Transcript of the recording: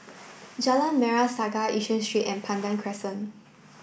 Jalan Merah Saga Yishun and Pandan Crescent